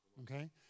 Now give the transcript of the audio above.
okay